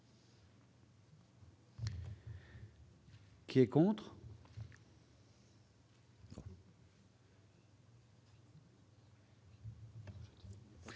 Qui est contre.